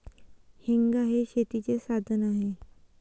हेंगा हे शेतीचे साधन आहे